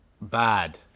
bad